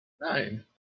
Nine